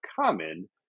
common